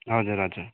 हजुर हजुर